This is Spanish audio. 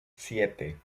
siete